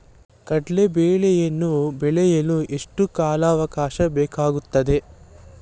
ಕಡ್ಲೆ ಬೇಳೆಯನ್ನು ಬೆಳೆಯಲು ಎಷ್ಟು ಕಾಲಾವಾಕಾಶ ಬೇಕಾಗುತ್ತದೆ?